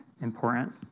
important